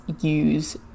use